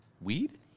Weed